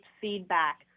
feedback